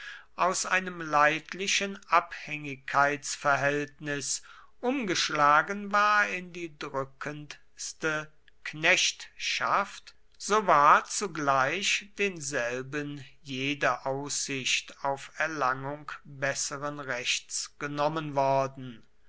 aus einem leidlichen abhängigkeitsverhältnis umgeschlagen war in die drückendste knechtschaft so war zugleich denselben jede aussicht auf erlangung besseren rechts genommen worden